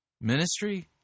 ministry